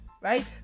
right